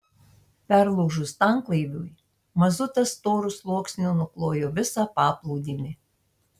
perlūžus tanklaiviui mazutas storu sluoksniu nuklojo visą paplūdimį